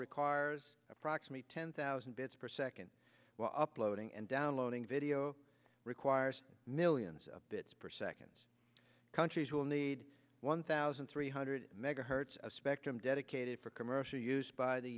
requires approximately ten thousand bits per second uploading and downloading video requires millions of bits per second countries will need one thousand three hundred megahertz of spectrum dedicated for commercial use by the